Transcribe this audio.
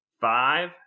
Five